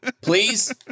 please